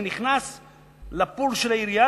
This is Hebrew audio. זה נכנס ל"פול" של העירייה,